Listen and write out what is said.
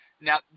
Now